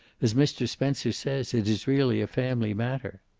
as mr. spencer says, it's really a family matter.